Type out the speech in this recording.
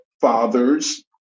fathers